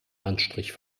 anstrich